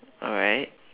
alright